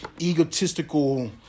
egotistical